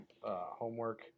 homework